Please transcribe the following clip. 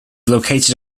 located